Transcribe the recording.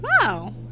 Wow